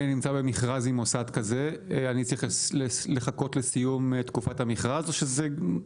והמצאת החשבון לעניין תשלום בהתאם להוראות האמורות תהיה לפי סעיף 3(ט)